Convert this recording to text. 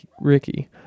Ricky